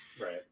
Right